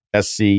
SC